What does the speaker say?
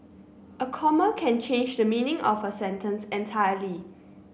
a comma can change the meaning of a sentence entirely